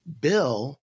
Bill